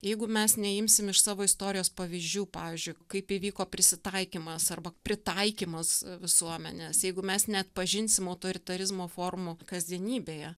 jeigu mes neimsim iš savo istorijos pavyzdžių pavyzdžiui kaip įvyko prisitaikymas arba pritaikymas visuomenės jeigu mes neatpažinsim autoritarizmo formų kasdienybėje